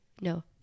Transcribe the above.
no